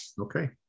Okay